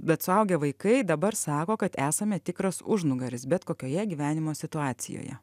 bet suaugę vaikai dabar sako kad esame tikras užnugaris bet kokioje gyvenimo situacijoje